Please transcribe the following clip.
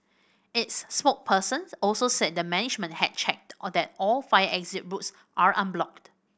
its spokesperson also said the management had checked all that all fire exit routes are unblocked